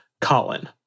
Colin